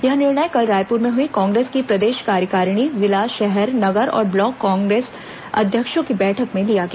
यह निर्णय कल रायपुर में हुई कांग्रेस की प्रदेश कार्यकारिणी जिला शहर नगर और ब्लॉक कांग्रेस अध्यक्षों की बैठक में लिया गया